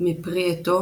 מפרי עטו